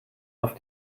auf